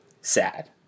Sad